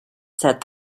said